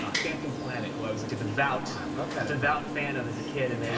ah phantom planet, who i was like a devout fan devout fan of as a kid. and